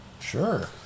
Sure